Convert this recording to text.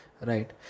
Right